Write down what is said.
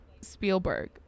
Spielberg